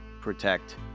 Protect